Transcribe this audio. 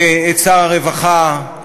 ואת שר הרווחה,